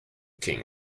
king